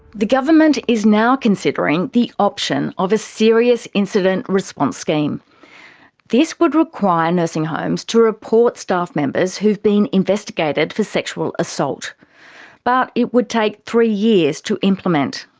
the government is now considering the option of a serious incident response scheme this would require nursing homes to report staff members who have been investigated for sexual assault but it would take three years to implement.